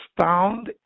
found